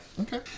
Okay